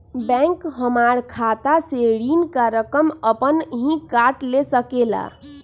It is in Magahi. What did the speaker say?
बैंक हमार खाता से ऋण का रकम अपन हीं काट ले सकेला?